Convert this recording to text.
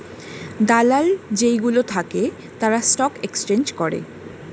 দালাল যেই গুলো থাকে তারা স্টক এক্সচেঞ্জ করে